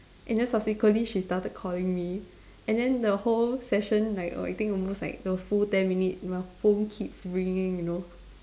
and then subsequently she started calling me and then the whole session like err I think almost like a full ten minutes my phone keeps ringing you know